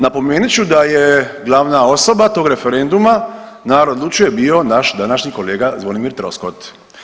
Napomenut ću da je glavna osoba tog referenduma „Narod odlučuje“ bio naš današnji kolega Zvonimir Troskot.